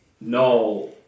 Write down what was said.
No